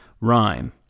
rhyme